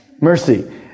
mercy